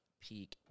peak